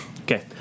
Okay